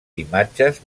imatges